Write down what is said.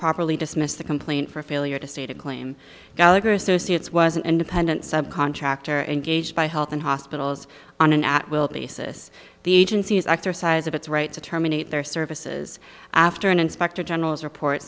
properly dismissed the complaint for failure to state a claim gallagher associates was an independent subcontractor engaged by health and hospitals on an at will basis the agency's exercise of its right to terminate their services after an inspector general's report